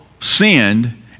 sinned